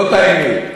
זאת האמת.